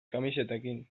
kamisetekin